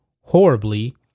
horribly